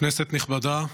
כנסת נכבדה,